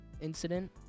incident